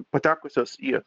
patekusios į